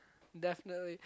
definitely